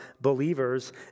believers